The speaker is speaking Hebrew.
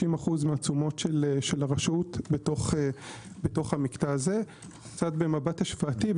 90% מהתשומות של הרשות במקטע הזה - במבט השוואתי,